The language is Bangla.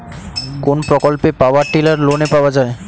কোন প্রকল্পে পাওয়ার টিলার লোনে পাওয়া য়ায়?